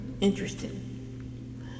interesting